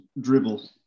dribble